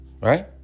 Right